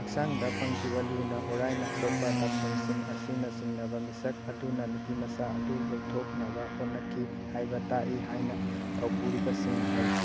ꯍꯛꯆꯥꯡꯗ ꯐꯪꯈꯤꯕ ꯂꯨꯅ ꯍꯣꯔꯥꯏꯅ ꯁꯣꯛꯄ ꯗꯥꯛꯐꯝꯁꯤꯡ ꯑꯁꯤꯅ ꯆꯤꯡꯅꯕ ꯃꯤꯁꯛ ꯑꯗꯨꯅ ꯅꯨꯄꯤꯃꯆꯥ ꯑꯗꯨ ꯂꯧꯊꯣꯛꯅꯕ ꯍꯣꯠꯅꯈꯤ ꯍꯥꯏꯕ ꯇꯥꯛꯏ ꯍꯥꯏꯅ ꯊꯧ ꯄꯨꯔꯤꯕ ꯁꯤꯡꯅ ꯍꯥꯏꯔꯤ